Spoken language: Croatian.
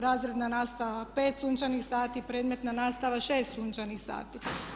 Razredna nastava 5 sunčanih sati, predmetna nastava 6 sunčanih sati.